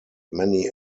many